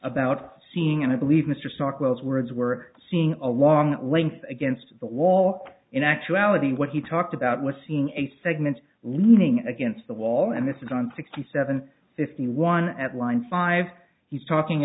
about seeing and i believe mr stockwell's words were seeing a long length against the wall in actuality what he talked about was seeing a segment leaning against the wall and that's on sixty seven fifty one at line five he's talking